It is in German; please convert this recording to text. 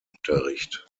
unterricht